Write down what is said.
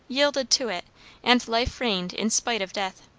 yielded to it and life reigned in spite of death.